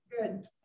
good